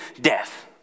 death